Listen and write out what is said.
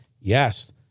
Yes